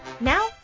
Now